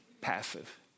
passive